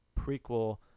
prequel